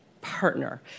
partner